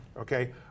okay